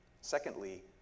Secondly